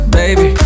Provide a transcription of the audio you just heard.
baby